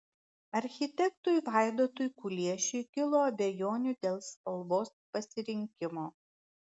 architektui vaidotui kuliešiui kilo abejonių dėl spalvos pasirinkimo